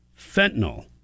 Fentanyl